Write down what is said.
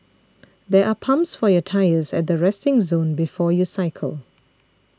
there are pumps for your tyres at the resting zone before you cycle